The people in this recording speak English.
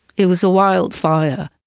it was a wild fire.